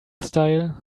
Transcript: style